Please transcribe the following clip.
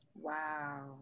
Wow